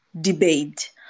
debate